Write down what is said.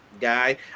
guy